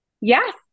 yes